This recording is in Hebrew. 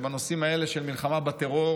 שבנושאים האלה של מלחמה בטרור